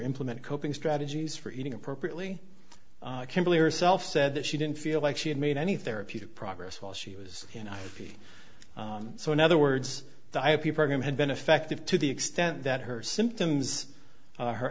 implement coping strategies for eating appropriately kimberly or self said that she didn't feel like she had made any therapeutic progress while she was you know so in other words the happy program had been effective to the extent that her symptoms